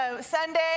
Sunday